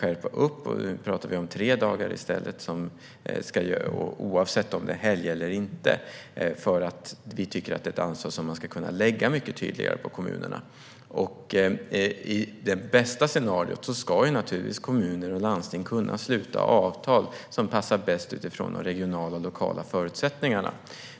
Nu pratar vi i stället om tre dagar, oavsett om det är helgdagar eller inte. Vi tycker att det är ett ansvar som man tydligare ska kunna lägga på kommunerna. I det bästa scenariot ska kommuner och landsting kunna sluta avtal som passar bäst utifrån regionala och lokala förutsättningar.